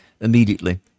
immediately